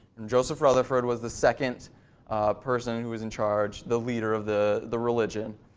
and joseph rutherford was the second person whom was in charge, the leader of the the religion.